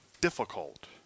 difficult